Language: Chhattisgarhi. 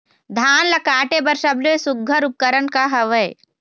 धान ला काटे बर सबले सुघ्घर उपकरण का हवए?